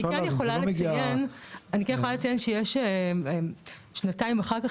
אני כן יכולה לציין שיש שנתיים אחר כך,